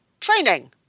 training